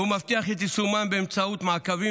והוא מבטיח את יישומם באמצעות מעקבים